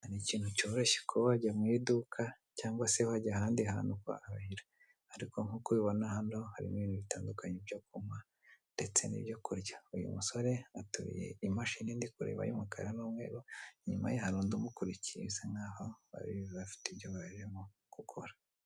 Ni ikintu cyoroshye kuba wajya mu iduka, cyangwa se wajya ahandi hantu ukahahahira. Ariko nkuko hano harimo ibintu bitandukanye byo kunywa ndetse n'ibyo kurya. Uyu musore ateruye imashini ndikureba y'umukara n'umweru inyuma ye hari undi umukurikiye usa nkaho babiri bafite ibyo barimo gukora.